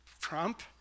Trump